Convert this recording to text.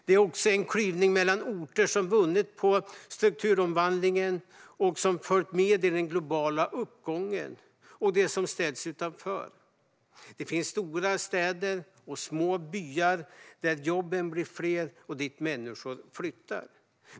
Det är också en klyvning mellan de orter som vunnit på strukturomvandlingen och följt med i den globala uppgången och de som ställts utanför. Det finns stora städer och små byar där jobben blir fler och dit människor flyttar.